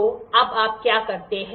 तो अब आप क्या करते हैं